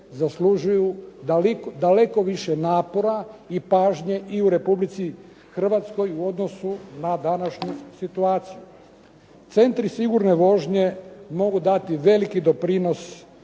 zaslužuju daleko više napora i pažnje i u Republici Hrvatskoj u odnosu na današnju situaciju. Centri sigurne vožnje mogu dati veliki doprinos